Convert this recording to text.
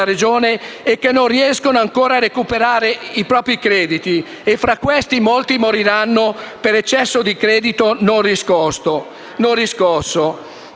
Regione e che non riescono ancora a recuperare i propri crediti. E, fra queste, molte moriranno per eccesso di credito non riscosso.